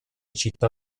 città